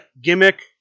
gimmick